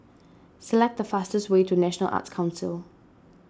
select the fastest way to National Arts Council